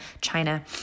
China